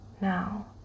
now